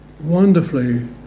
wonderfully